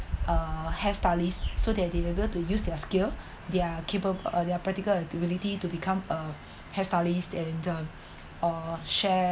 err hairstylist so they they able to use their skill they're capa~ uh their practical ability to become a hairstylist and uh or share